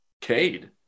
Cade